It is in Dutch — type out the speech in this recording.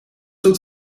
doet